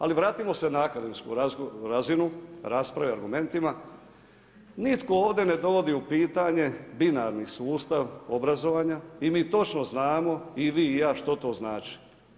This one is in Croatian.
Ali vratimo se na akademsku razinu, raspravi i argumentima, nitko ovdje ne dovodi u pitanje binarni sustav obrazovanja i mi točno znamo i vi i ja što to znači.